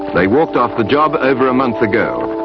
they walked off the job over a month ago.